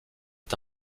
est